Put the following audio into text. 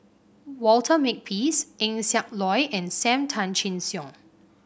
Walter Makepeace Eng Siak Loy and Sam Tan Chin Siong